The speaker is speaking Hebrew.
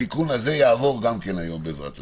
גם התיקון הזה יעבור היום, בעזרת ה'.